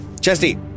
Chesty